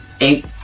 eight